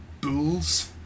Bulls